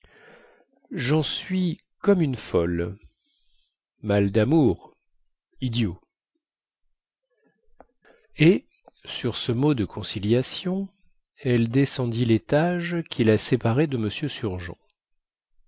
jen suis comme une folle mal damour idiot et sur ce mot de conciliation elle descendit létage qui la séparait de m surgeon